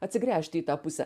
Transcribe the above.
atsigręžti į tą pusę